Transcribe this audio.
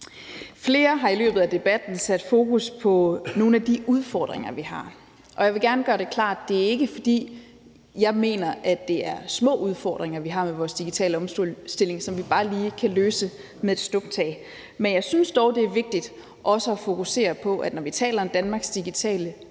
Flere har i løbet af debatten sat fokus på nogle af de udfordringer, vi har, og jeg vil gerne gøre det klart, at jeg ikke mener, at det er små udfordringer, vi har med vores digitale omstilling, og som vi bare lige kan løse med et snuptag. Men jeg synes dog, det er vigtigt også at fokusere på, når vi taler om Danmarks digitale udvikling